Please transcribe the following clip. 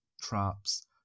traps